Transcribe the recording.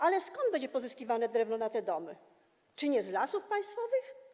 Ale skąd będzie pozyskiwane drewno na te domy, czy nie z Lasów Państwowych?